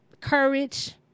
Courage